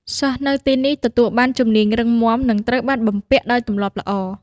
សិស្សនៅទីនេះទទួលបានជំនាញរឹងមាំនិងត្រូវបានបំពាក់ដោយទម្លាប់ល្អ។